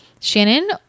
shannon